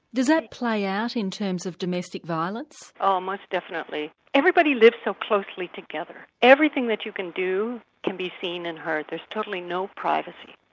does that play out in terms of domestic violence? oh most definitely. everybody lives so closely together, everything that you can do can be seen and heard, there's totally no privacy.